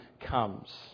comes